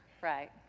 right